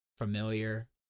familiar